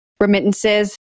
remittances